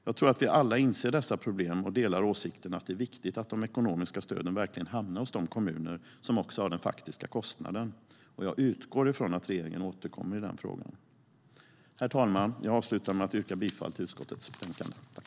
Jag tror att vi alla inser dessa problem och delar åsikten att det är viktigt att de ekonomiska stöden verkligen hamnar hos de kommuner som har den faktiska kostnaden. Jag utgår från att regeringen återkommer i denna fråga. Herr talman! Jag vill avsluta med att yrka bifall till förslaget i utskottets betänkande.